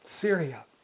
Syria